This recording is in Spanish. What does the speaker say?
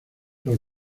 los